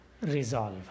resolve